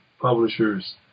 publishers